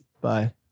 Bye